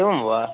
एवं वा